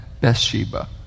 Bathsheba